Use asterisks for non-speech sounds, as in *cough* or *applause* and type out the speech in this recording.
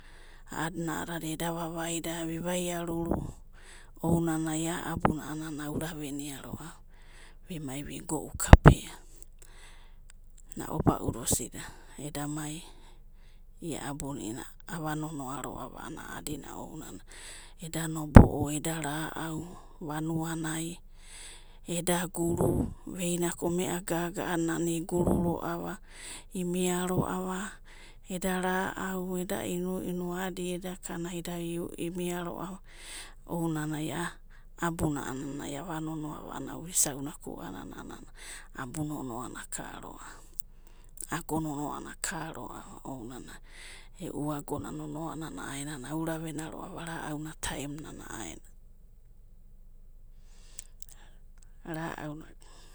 A'adinada eda vavaida, vi'vaia ruru, ounanai a'a abunana aura veniava roava, vi'mai vi go'u. Kapea, aobauda osida, eda mai, ia abuna ava nono roava a'anana a'adina ounanai, eda nobob, eda ra'au vanua nai, eda gum, veina koivea gaga a'anana iguru roava imia roava, eda nanu, eda, inu'inu adiedaka naida imia roava, ounanai a'a abuna'ananai ava nonoava vuisaura kuanana, a'anana abuinonoana ka roava, ago nonoana akaroava aunanai, e'u ago na nonoa nanoa auravenia roava, ra'auna a'aenana *noise*